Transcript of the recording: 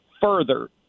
further